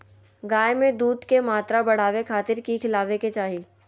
गाय में दूध के मात्रा बढ़ावे खातिर कि खिलावे के चाही?